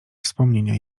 wspomnienia